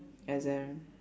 exam